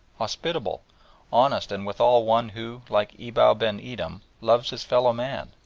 hospitable honest and withal one who, like abou ben edhem, loves his fellow-men,